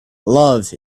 love